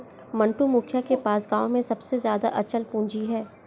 मंटू, मुखिया के पास गांव में सबसे ज्यादा अचल पूंजी है